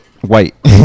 white